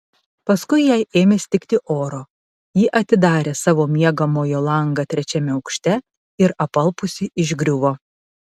paskui jai ėmė stigti oro ji atidarė savo miegamojo langą trečiame aukšte ir apalpusi išgriuvo